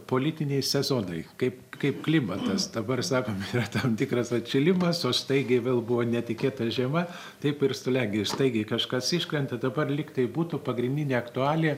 politiniai sezonai kaip kaip klimatas dabar sakom yra tam tikras atšilimas o staigiai vėl buvo netikėta žiema taip ir slegia ir staigiai kažkas iškrenta dabar lyg tai būtų pagrindinė aktualija